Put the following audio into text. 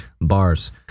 bars